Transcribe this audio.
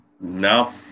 No